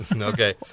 Okay